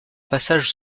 passage